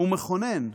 ומכונן,